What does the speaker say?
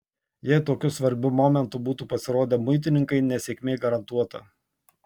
jei tokiu svarbiu momentu būtų pasirodę muitininkai nesėkmė garantuota